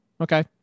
Okay